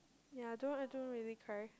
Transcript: ya I don't I don't really cry